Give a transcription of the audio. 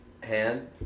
hand